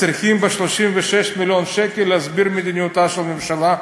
צריכות ב-36 מיליון שקל להסביר את מדיניותה של הממשלה,